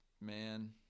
man